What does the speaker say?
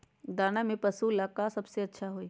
दाना में पशु के ले का सबसे अच्छा होई?